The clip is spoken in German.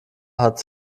hat